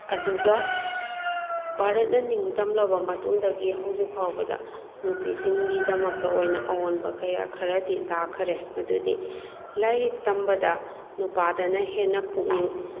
ꯑꯗꯨꯒ ꯚꯥꯔꯠꯅ ꯅꯤꯡꯇꯝꯂꯕ ꯃꯇꯨꯡꯗꯒꯤ ꯍꯧꯖꯤꯛ ꯐꯥꯎꯕꯗ ꯅꯨꯄꯤꯁꯤꯡꯒꯤꯗꯃꯛꯇ ꯑꯣꯏꯅ ꯑꯑꯣꯟꯕ ꯀꯌꯥ ꯈꯔꯗꯤ ꯂꯥꯛꯈꯔꯦ ꯃꯗꯨꯗꯤ ꯂꯥꯏꯔꯤꯛ ꯇꯝꯕꯗ ꯅꯨꯄꯥꯗꯅ ꯍꯦꯟꯅ ꯄꯨꯛꯅꯤꯡ